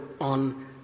on